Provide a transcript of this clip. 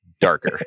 darker